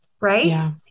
right